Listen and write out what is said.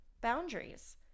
boundaries